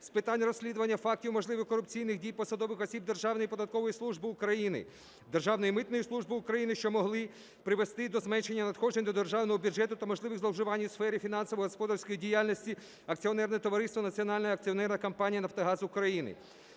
з питань розслідування фактів можливих корупційних дій посадових осіб Державної податкової служби України, Державної митної служби України, що могли призвести до зменшення надходжень до державного бюджету, та можливих зловживань у сфері фінансово-господарської діяльності акціонерного товариства "Національна акціонерна компанія "Нафтогаз України".